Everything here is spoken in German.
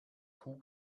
kuh